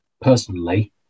personally